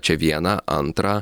čia viena antra